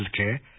healthcare